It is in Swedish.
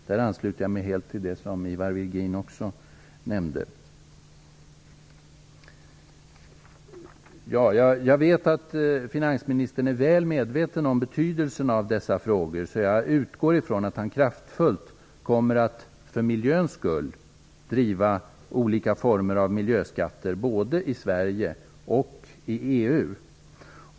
Där ansluter jag mig helt till det som Ivar Virgin också nämnde. Jag vet att finansministern är väl medveten om betydelsen av dessa frågor. Jag utgår från att han för miljöns skull kraftfullt kommer att driva olika former av miljöskatter, både i Sverige och i EU.